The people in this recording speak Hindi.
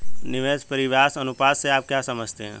निवेश परिव्यास अनुपात से आप क्या समझते हैं?